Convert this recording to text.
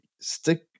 stick